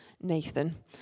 Nathan